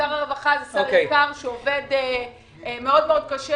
שר הרווחה ושר האוצר שעובד מאוד מאוד קשה,